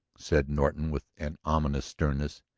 said norton with an ominous sternness.